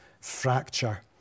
fracture